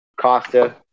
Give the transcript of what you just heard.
Costa